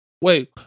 Wait